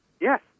Yes